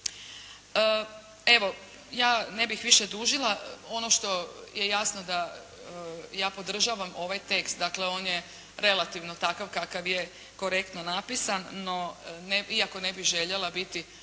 Evo ja ne bih više dužila, ono što je jasno da ja podržavam ovaj tekst, dakle on je relativno takav kakav je korektno napisan, no iako ne bih željela biti